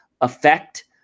affect